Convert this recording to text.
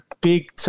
big